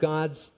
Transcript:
God's